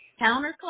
Counterclockwise